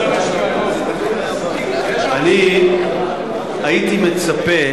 אני הייתי מצפה